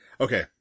Okay